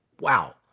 wow